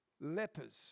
lepers